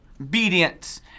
obedience